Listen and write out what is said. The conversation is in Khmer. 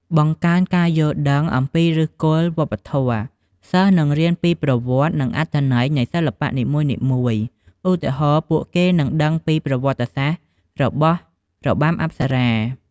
បង្កើនការយល់ដឹងអំពីឫសគល់វប្បធម៌ សិស្សនឹងរៀនពីប្រវត្តិ និងអត្ថន័យនៃសិល្បៈនីមួយៗឧទាហរណ៍ ពួកគេនឹងដឹងពីប្រវត្តិរបស់របាំអប្សរា។